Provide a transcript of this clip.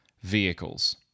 vehicles